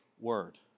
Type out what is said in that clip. word